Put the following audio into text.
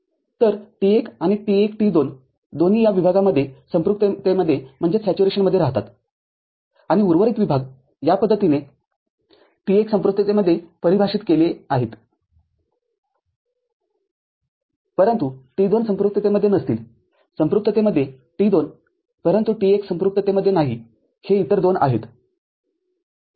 तर T१आणि T१ T२ दोन्ही या विभागामध्ये संपृक्ततेमध्ये राहतात आणि उर्वरित विभाग या पद्धतीने T१ संतृप्तिमध्ये परिभाषित केले आहेतपरंतु T२ संपृक्ततेमध्ये नसतीलसंपृक्ततेमध्ये T२परंतु T१ संपृक्ततेमध्ये नाहीहे इतर दोन आहेत